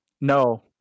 No